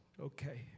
okay